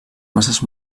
masses